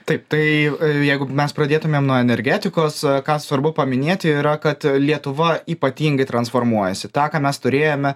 taip tai jeigu mes pradėtumėm nuo energetikos ką svarbu paminėti yra kad lietuva ypatingai transformuojasi tą ką mes turėjome